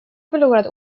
förlorade